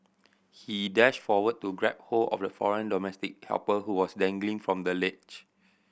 he dashed forward to grab hold of the foreign domestic helper who was dangling from the ledge